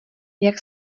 jak